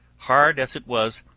hard as it was,